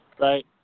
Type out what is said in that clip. right